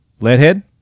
LEADHEAD